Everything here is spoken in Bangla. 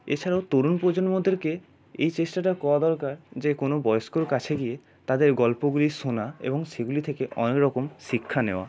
এছাড়াও তরুণ প্রজন্মদেরকে এই চেষ্টাটা করা দরকার যে কোনো বয়স্কর কাছে গিয়ে তাদের গল্পগুলি শোনা এবং সেগুলি থেকে অনেক রকম শিক্ষা নেওয়া